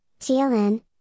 TLN